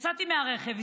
יצאתי מהרכב,